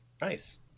Nice